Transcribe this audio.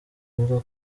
avuga